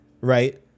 Right